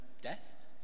death